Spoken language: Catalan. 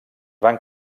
van